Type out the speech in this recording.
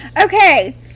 Okay